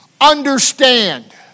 Understand